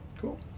Cool